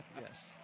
yes